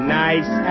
nice